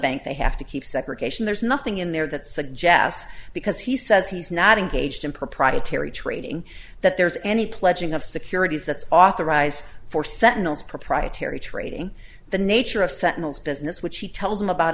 bank they have to keep segregation there's nothing in there that suggests because he says he's not engaged in proprietary trading that there's any pledging of securities that's authorized for centinels proprietary trading the nature of centinels business which he tells them about